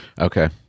Okay